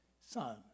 son